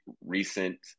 recent